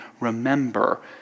remember